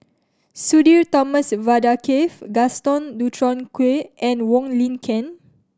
Sudhir Thomas Vadaketh Gaston Dutronquoy and Wong Lin Ken